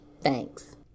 Thanks